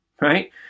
Right